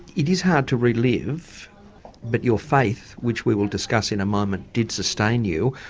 it is hard to relive but your faith, which we will discuss in a moment, did sustain you.